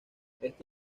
este